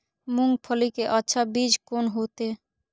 मूंगफली के अच्छा बीज कोन होते?